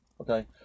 okay